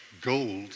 gold